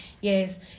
Yes